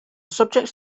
subjects